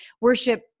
worship